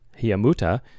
Hiamuta